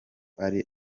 ari